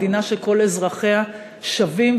מדינה שכל אזרחיה שווים,